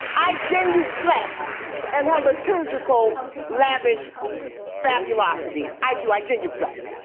i gently flapped and has a terkel lavish fabulosity i do i genuflect